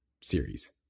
series